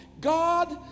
God